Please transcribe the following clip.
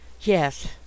Yes